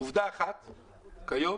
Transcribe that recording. כיום